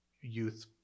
youth